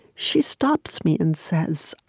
she stops me and says,